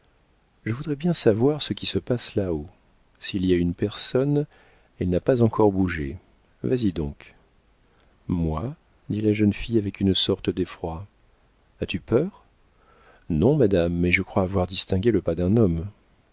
je voudrais bien savoir ce qui se passe là-haut s'il y a une personne elle n'a pas encore bougé vas-y donc moi dit la jeune fille avec une sorte d'effroi as-tu peur non madame mais je crois avoir distingué le pas d'un homme